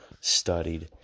studied